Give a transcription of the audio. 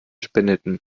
spendeten